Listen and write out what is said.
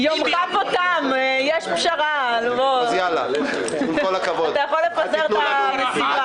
יומך פה תם, יש פשרה, אתה יכול לפזר את זה.